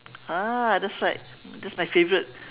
ah that's right that's my favourite